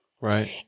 Right